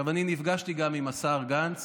נפגשתי גם עם השר גנץ